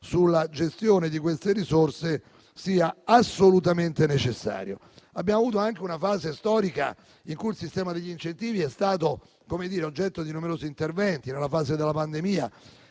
sulla gestione di queste risorse sia assolutamente necessario. Abbiamo avuto anche una fase storica in cui il sistema degli incentivi è stato oggetto di numerosi interventi. Nella fase della pandemia,